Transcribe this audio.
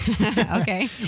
Okay